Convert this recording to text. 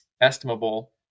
estimable